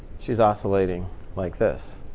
she's oscillating like this.